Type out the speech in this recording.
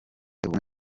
ubumwe